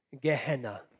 Gehenna